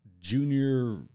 junior